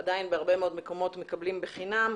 ועדיין בהרבה מאוד מקומות מקבלים בחינם,